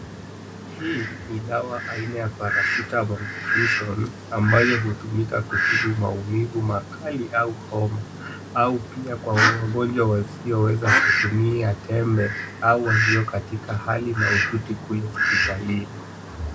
Hii ni dawa aina ya (cs)Paracetamol Infusion(cs) ambayo hutumika kutibu maumivu makali au homa au pia kwa wagonjwa wasioweza kutumia tembe au walio katika hali mahututi kule hospitalini.